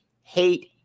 hate